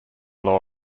law